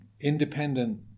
independent